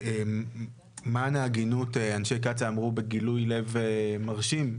למען ההגינות אנשי קצא"א אמרו בגילוי לב מרשים,